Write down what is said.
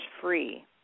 free